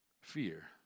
Fear